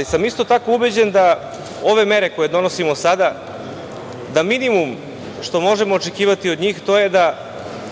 Isto sam tako ubeđen da ove mere koje donosimo sada, minimum što možemo očekivati od njih je da